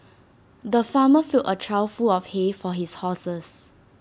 the farmer filled A trough full of hay for his horses